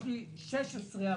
יש לי 16 הצעות לסדר,